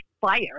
fire